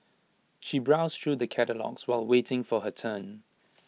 she browsed through the catalogues while waiting for her turn